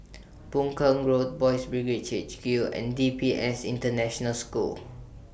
Boon Keng Road Boys' Brigade H Q and D P S International School